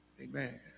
Amen